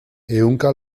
ehunka